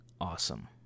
awesome